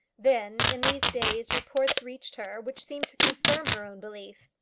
then, in these days reports reached her which seemed to confirm her own belief.